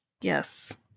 yes